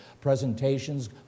presentations